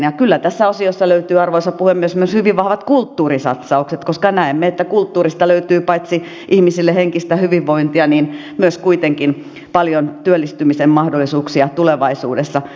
ja kyllä tässä osiossa löytyy arvoisa puhemies myös hyvin vahvat kulttuurisatsaukset koska näemme että kulttuurista löytyy paitsi ihmisille henkistä hyvinvointia myös kuitenkin paljon työllistymisen mahdollisuuksia tulevaisuudessa